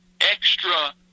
extra